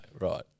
right